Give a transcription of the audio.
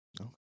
Okay